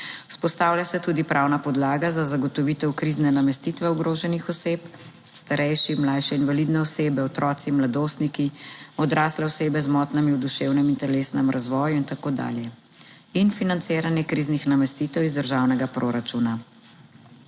Vzpostavlja se tudi pravna podlaga za zagotovitev krizne namestitve ogroženih oseb, starejši, mlajše, invalidne osebe, otroci, mladostniki, odrasle osebe z motnjami v duševnem in telesnem razvoju in tako dalje in financiranje kriznih namestitev iz državnega proračuna.